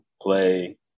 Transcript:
play